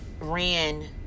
ran